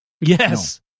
Yes